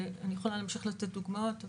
ואני יכולה להמשיך לתת דוגמאות,